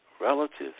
relatives